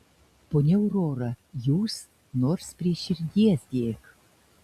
ponia aurora jūs nors prie širdies dėk